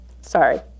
Sorry